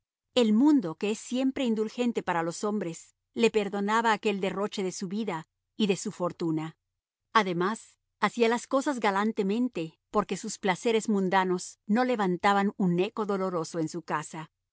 el mundo que es siempre indulgente para los hombres le perdonaba aquel derroche de su vida y de su fortuna además hacía las cosas galantemente porque sus placeres mundanos no levantaban un eco doloroso en su casa